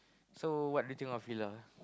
so what do you think of Fila